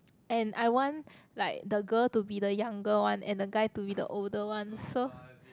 and I want like the girl to be the younger one and the guy to be the older one so